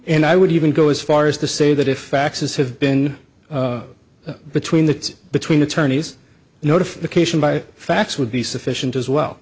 and i would even go as far as to say that if faxes have been between the between attorneys notification by fax would be sufficient as well